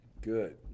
Good